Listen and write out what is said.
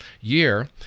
year